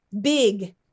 big